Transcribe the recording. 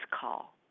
call